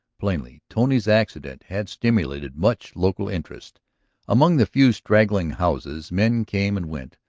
plainly tony's accident had stimulated much local interest among the few straggling houses men came and went,